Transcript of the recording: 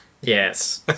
Yes